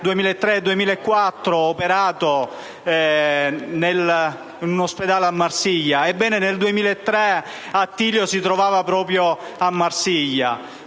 2003 venne operato in un ospedale di Marsiglia. Ebbene, nel 2003 Attilio si trovava proprio a Marsiglia.